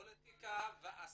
אין מרחק גדול בין פוליטיקה ועסקים.